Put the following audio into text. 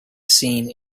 seen